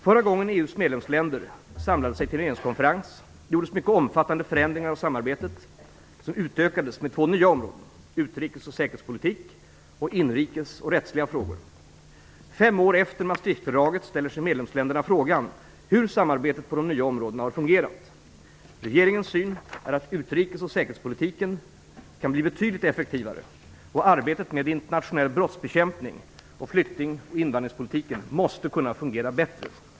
Förra gången EU:s medlemsländer samlade sig till en regeringskonferens gjordes mycket omfattande förändringar av samarbetet, som utökades med två nya områden: utrikes och säkerhetspolitiken samt inrikesfrågor och rättsliga frågor. Fem år efter Maastrichtfördraget ställer sig medlemsländerna frågan hur samarbetet på de nya områdena har fungerat. Regeringens syn är att utrikes och säkerhetspolitiken kan bli betydligt effektivare, och arbetet med internationell brottsbekämpning och flykting och invandringspolitiken måste kunna fungera bättre.